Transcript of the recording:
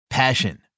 passion